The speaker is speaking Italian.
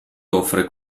offre